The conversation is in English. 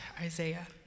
Isaiah